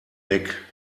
deck